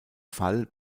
fall